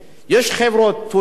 יש חברות טורקיות,